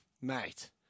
mate